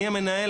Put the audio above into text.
אני המנהל,